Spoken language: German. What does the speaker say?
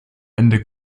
ende